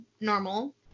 normal